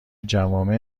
جوامع